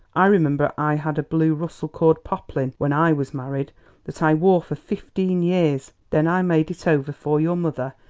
i remember i had a blue russell-cord poplin when i was married that i wore for fifteen years then i made it over for your mother,